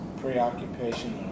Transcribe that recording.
preoccupation